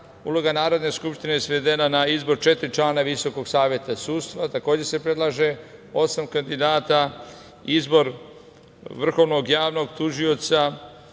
Uloga Narodne skupštine svedena je na izbor četiri člana Visokog saveta sudstva, takođe se predlaže osam kandidata. Izbor vrhovnog javnog tužioca,